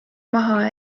maha